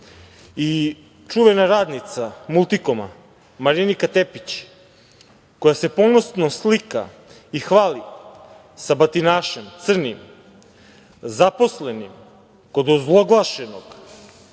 i čuvena radnica „Multikoma“, Marinika Tepić, koja se ponosno slika i hvali batinašem Crnim, zaposlenim kod ozloglašenog